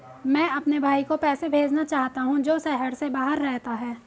मैं अपने भाई को पैसे भेजना चाहता हूँ जो शहर से बाहर रहता है